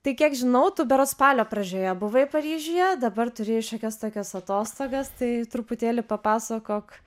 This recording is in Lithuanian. tai kiek žinau tu berods spalio pradžioje buvai paryžiuje dabar turi šiokias tokias atostogas tai truputėlį papasakok